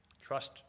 trust